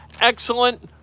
Excellent